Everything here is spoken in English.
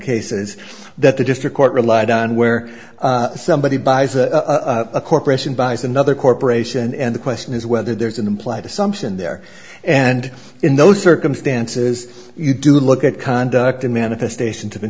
cases that the district court relied on where somebody buys a corporation buys another corporation and the question is whether there's an implied assumption there and in those circumstances you do look at conduct and manifestation